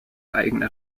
eigene